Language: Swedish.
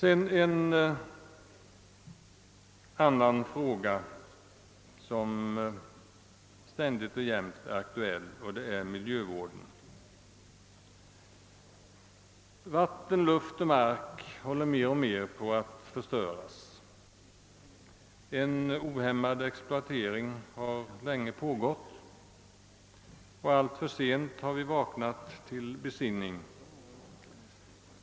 En annan fråga, som ständigt är aktuell, är miljövården. Vatten, luft och mark håller på att förstöras mer och mer. En ohämmad exploatering har länge pågått och alltför sent har vi vaknat till besinning.